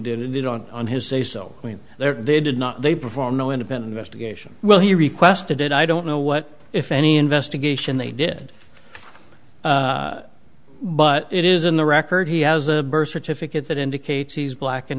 did it on on his say so i mean there they did not they perform no independent investigation well he requested it i don't know what if any investigation they did but it is in the record he has a birth certificate that indicates he's black a